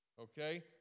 Okay